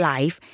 Life